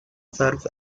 serves